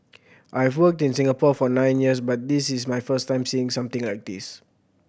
I've worked in Singapore for nine years but this is my first time seeing something like this